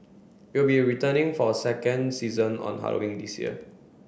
it will be returning for a second season on Halloween this year